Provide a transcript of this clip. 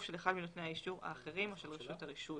של אחד מנותני האישור האחרים או של רשות הרישוי.